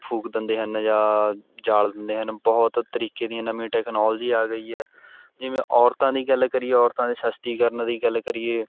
ਫੂਕ ਦਿੰਦੇ ਹਨ ਜਾਂ ਜਾਲ਼ ਦਿੰਦੇ ਹਨ ਬਹੁਤ ਤਰੀਕੇ ਦੀ ਨਵੀਂ ਟੈਕਨੋਲਜੀ ਆ ਗਈ ਹੈ ਜਿਵੇਂ ਔਰਤਾਂ ਦੀ ਗੱਲ ਕਰੀਏ ਔਰਤਾਂ ਦੇ ਸ਼ੱਸ਼ਤੀਕਰਨ ਦੀ ਗੱਲ ਕਰੀਏ